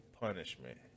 punishment